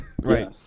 Right